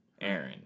Aaron